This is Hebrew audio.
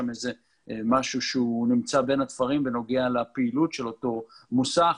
משהו שנמצא בין התפרים בנוגע לפעילות של אותו מוסך,